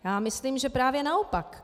Já myslím, že právě naopak.